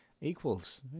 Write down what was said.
equals